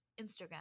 Instagram